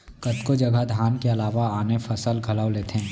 कतको जघा धान के अलावा आने फसल घलौ लेथें